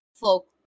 folk